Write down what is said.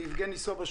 ליבגני סובה,